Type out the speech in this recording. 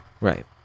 right